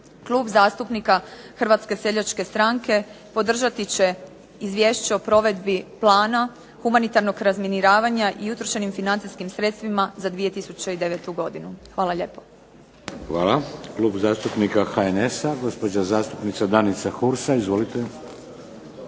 Klub zastupnika Hrvatske seljačke stranke podržati će Izvješće o provedbi plana humanitarnog razminiravanja i utrošenim financijskim sredstvima za 2009. godinu. Hvala lijepo. **Šeks, Vladimir (HDZ)** Hvala. Klub zastupnika HNS-a gospođa zastupnica Danica Hursa. Izvolite.